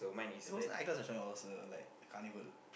it was like was a like carnival